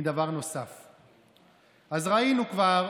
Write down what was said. דוברות בתי המשפט משלמת כסף לחברות